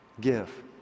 give